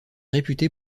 réputée